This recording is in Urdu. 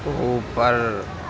اوپر